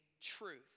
truth